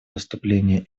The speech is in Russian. выступление